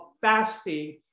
fasting